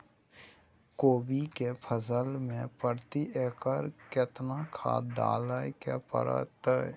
कोबी के फसल मे प्रति एकर केतना खाद डालय के परतय?